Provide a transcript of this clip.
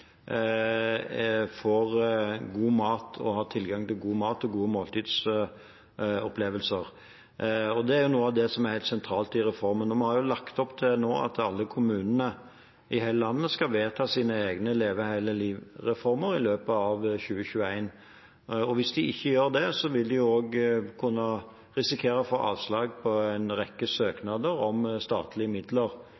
god mat og har tilgang til god mat og gode måltidsopplevelser. Det er noe av det som er helt sentralt i reformen. Vi har nå lagt opp til at alle kommunene i hele landet skal vedta sine egne Leve hele livet-reformer i løpet av 2021. Hvis de ikke gjør det, vil de kunne risikere å få avslag på en rekke